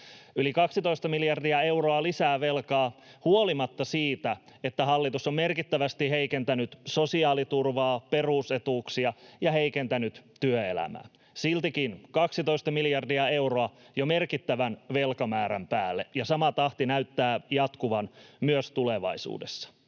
Yli 12 miljardia euroa lisää velkaa huolimatta siitä, että hallitus on merkittävästi heikentänyt sosiaaliturvaa, perusetuuksia, ja heikentänyt työelämää — siltikin 12 miljardia euroa jo merkittävän velkamäärän päälle. Ja sama tahti näyttää jatkuvan myös tulevaisuudessa.